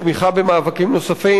בתמיכה במאבקים נוספים.